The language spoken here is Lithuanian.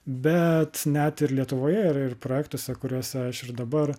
bet net ir lietuvoje ir ir projektuose kuriuose aš ir dabar